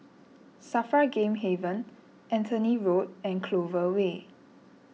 Safra Game Haven Anthony Road and Clover Way